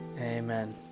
Amen